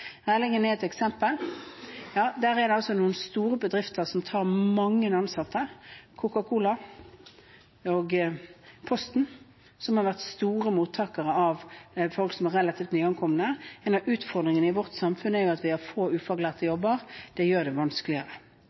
Rælingen er et eksempel. Der er det altså noen store bedrifter med mange ansatte – Coca-Cola og Posten – som har vært store mottakere av folk som er relativt nyankomne. En av utfordringene i vårt samfunn er at vi har få jobber for ufaglærte. Det gjør det vanskeligere.